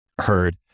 heard